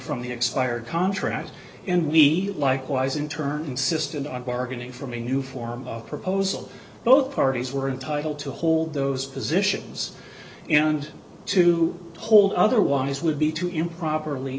from the expired contract and we likewise in turn insisted on bargaining from a new form of proposal both parties were the title to hold those positions and to hold otherwise would be to improperly